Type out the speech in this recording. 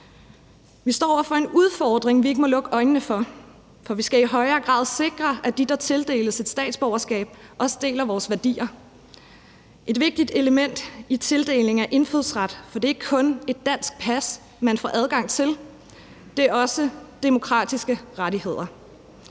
Vi står over for en udfordring, vi ikke må lukke øjnene for, for vi skal i højere grad sikre, at dem, der tildeles et statsborgerskab, også deler vores værdier – et vigtigt element i tildelingen af indfødsret, for det er ikke kun et dansk pas, man får adgang til, det er også demokratiske rettigheder.